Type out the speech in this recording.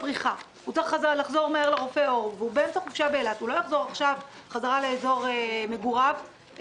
יחזור לאזור מגוריו כדי לקבל את הטיפול.